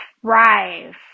thrive